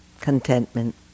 contentment